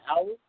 hours